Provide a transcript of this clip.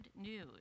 news